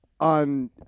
On